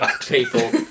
people